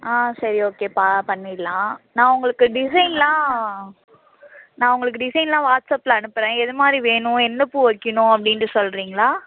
ஆ சரி ஓகேப்பா பண்ணிடலாம் நான் உங்களுக்கு டிசைன்லாம் நான் உங்களுக்கு டிசைன்லாம் வாட்ஸ்ஆப்பில் அனுப்புகிறேன் எது மாதிரி வேணும் எந்த பூ வைக்கணும் அப்படின்ட்டு சொல்கிறிங்களா